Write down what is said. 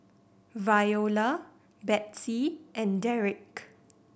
Viola Betsey and Dereck